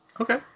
Okay